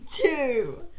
two